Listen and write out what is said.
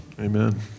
amen